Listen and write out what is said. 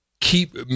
keep